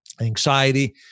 anxiety